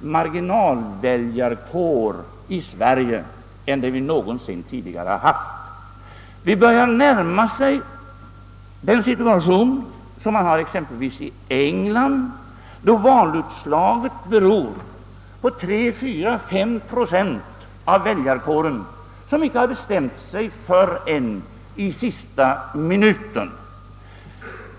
marginalväljarkår i Sverige än vi någonsin tidigare har haft. Vi börjar närma oss den situation som råder exempelvis i England, då valutslaget beror på 3, 4 eller 5 procent av väljarkåren som inte bestämmer sig förrän i sista minuten.